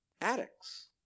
addicts